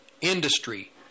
industry